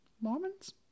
Mormons